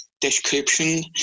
description